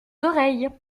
oreilles